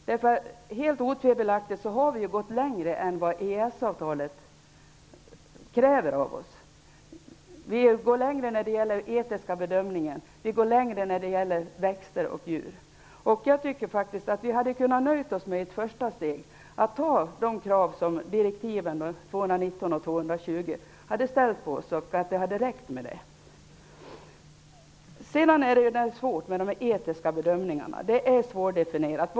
Det är otvivelaktigt så att vi går längre än vad EES-avtalet kräver av oss. Vi går längre när det gäller den etiska bedömningen och växter och djur. Jag tycker att vi hade kunnat nöja oss med ett första steg, att anta de krav som direktiven 219 och 220 ställer på oss. Det hade räckt med det. Det är svårt med de etiska bedömningarna. Det är svårdefinierat.